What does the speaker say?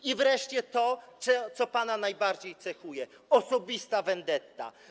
I wreszcie to, co pana najbardziej cechuje - osobista wendeta.